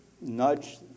nudge